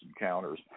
Encounters